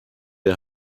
der